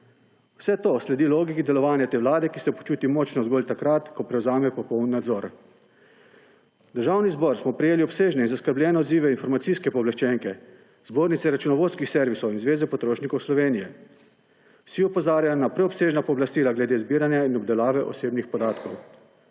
Vse to sledi logiki delovanja te vlade, ki se počuti močno zgolj takrat, ko prevzame popoln nadzor. V Državni zbor smo prejeli obsežne in zaskrbljene odzive informacijske pooblaščenke, Zbornice računovodskih servisov in Zveze potrošnikov Slovenije. Vsi opozarjajo na preobsežna pooblastila glede zbiranja in obdelave osebnih podatkov.